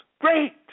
Great